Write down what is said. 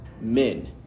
men